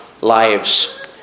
lives